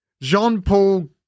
Jean-Paul